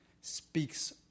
speaks